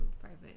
private